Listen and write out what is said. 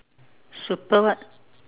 super what